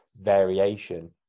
variation